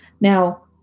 now